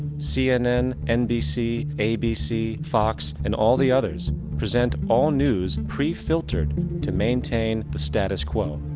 cnn, nbc, abc, fox and all the others present all news pre-filtered to maintain the status quo.